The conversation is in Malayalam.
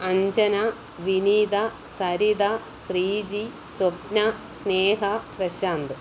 അഞ്ജന വിനീത സരിത ശ്രീജി സ്വപ്ന സ്നേഹ പ്രശാന്ത്